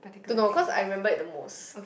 to no cause I remember it the most